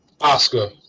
Oscar